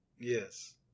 Yes